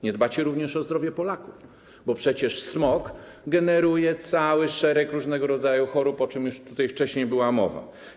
Nie dbacie również o zdrowie Polaków, bo przecież smog generuje cały szereg różnego rodzaju chorób, o czym już wcześniej była mowa.